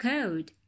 Code